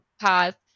path